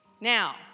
Now